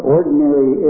Ordinary